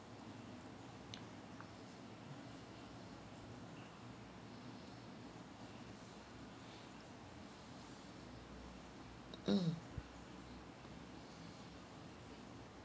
mm